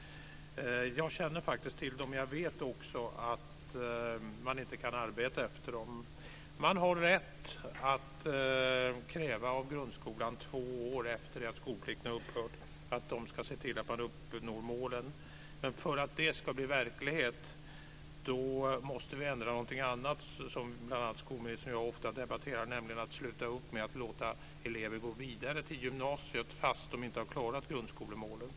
Jag känner faktiskt till dem. Jag vet också att man inte kan arbeta efter dem. Två år efter det att skolplikten har upphört har man rätt att kräva av grundskolan att den ska se till att man uppnår målen. Men för att det ska bli verklighet måste vi ändra någonting annat som skolministern och jag ofta debatterar, nämligen att sluta med att låta elever gå vidare till gymnasiet fast de inte har klarat grundskolemålen.